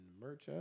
merch